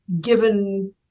given